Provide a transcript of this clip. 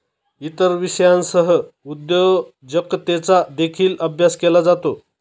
इतर विषयांसह उद्योजकतेचा देखील अभ्यास केला जातो